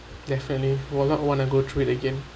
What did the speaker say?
definitely will not want to go through it again